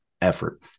effort